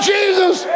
Jesus